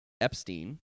Epstein